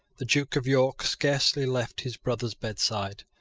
the duke of york scarcely left his brother's bedside.